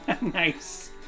Nice